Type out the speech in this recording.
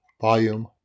volume